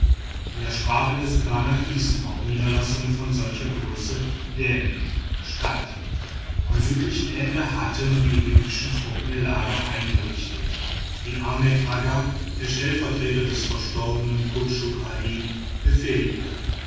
in der sprache bei sudaner heißen auch niederlassungen von solcher größe dem stadt am südlichen ende hatten die ägyptischen truppen ihr lager eingerichtet die ahmed agha der stellvertreter des verstorbenen kutschuk ali befehligte